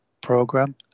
program